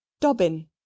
dobbin